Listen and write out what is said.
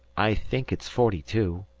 i think it's forty-two,